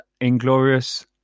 Inglorious